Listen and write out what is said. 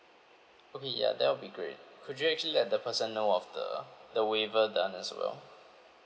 okay ya that will be great could you actually let the person know of the the waiver done as well